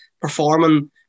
performing